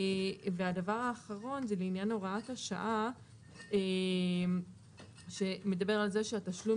והדבר האחרון זה לעניין הוראת השעה שמדבר על זה שהתשלום